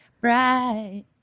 Bright